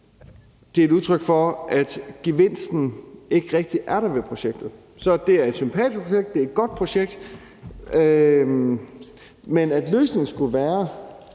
det er et udtryk for, at gevinsten ved projektet ikke rigtig er der. Så det er et sympatisk projekt, og det er et godt projekt, men at løsningen skulle være